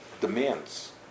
demands